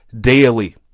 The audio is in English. daily